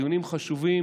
דיונים חשובים,